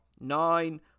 Nine